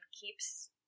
keeps